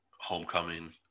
Homecoming